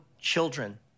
children